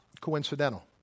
coincidental